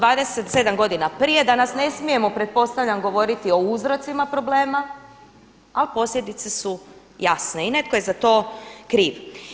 27 godina prije danas ne smijemo pretpostavljam o uzrocima problema, ali posljedice su jasne i netko je za to kriv.